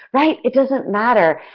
right, it doesn't matter.